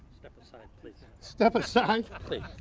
step aside please. step aside? please,